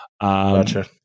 Gotcha